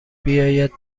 بیاید